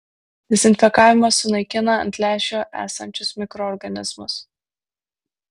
dezinfekavimas sunaikina ant lęšio esančius mikroorganizmus